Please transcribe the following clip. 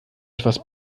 etwas